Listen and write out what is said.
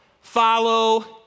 follow